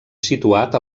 situat